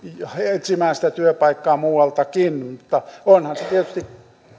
etsimään sitä työpaikkaa muualtakin mutta tekeehän se tietysti